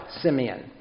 Simeon